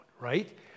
right